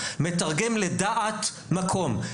מתרגם לדעת מקום,